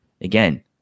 again